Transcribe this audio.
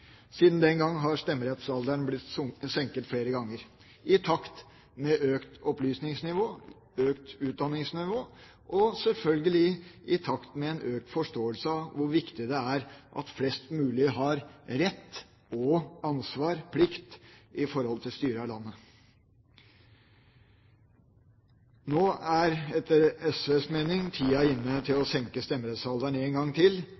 Siden den gang har stemmerettsalderen blitt senket flere ganger i takt med økt opplysningsnivå, økt utdanningsnivå og – selvfølgelig – i takt med en økt forståelse av hvor viktig det er at flest mulig har rett, ansvar og plikt når det gjelder styret av landet. Nå er etter SVs mening tida inne til å senke stemmerettsalderen en gang til,